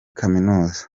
kaminuza